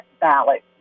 ballot